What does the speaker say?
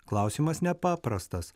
klausimas ne paprastas